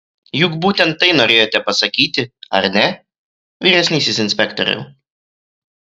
juk būtent tai norėjote pasakyti ar ne vyresnysis inspektoriau